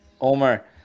Omar